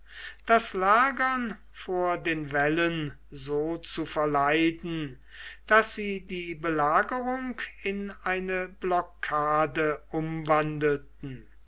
das lagern vor den wällen so zu verleiden daß sie die belagerung in eine blockade umwandelten